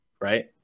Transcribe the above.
right